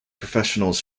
professionals